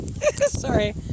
sorry